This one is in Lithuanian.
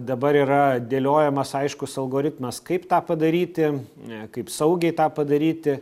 dabar yra dėliojamas aiškus algoritmas kaip tą padaryti kaip saugiai tą padaryti